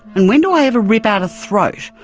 and when do i ever rip out a throat?